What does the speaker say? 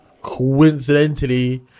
Coincidentally